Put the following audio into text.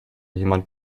jemand